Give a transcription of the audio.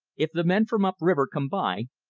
if the men from up-river come by,